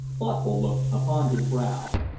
thoughtful look upon his brow.